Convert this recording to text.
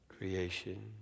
Creation